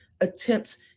attempts